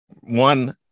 one